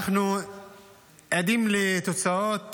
עדים לתוצאות